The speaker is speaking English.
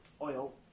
oil